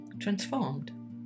transformed